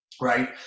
right